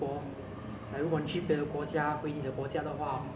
um 没有找工作 ah 就是